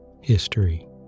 History